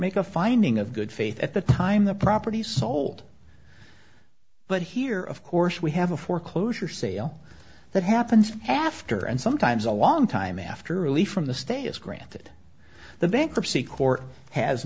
make a finding of good faith at the time the property is sold but here of course we have a foreclosure sale that happens after and sometimes a long time after release from the stay is granted the bankruptcy court has